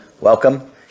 welcome